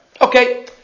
okay